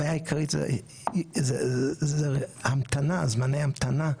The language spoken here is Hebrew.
הבעיה העיקרית זו זמני ההמתנה,